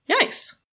nice